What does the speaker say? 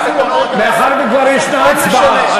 מאחר שכבר יש הצבעה,